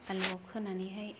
आलुआव खोनानैहाय